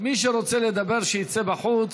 מי שרוצה לדבר שיצא בחוץ,